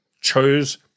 chose